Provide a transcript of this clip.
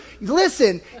Listen